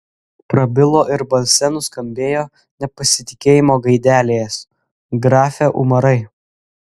prabilo ir balse nuskambėjo nepasitikėjimo gaidelės grafe umarai